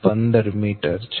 15 m છે